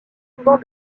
souvent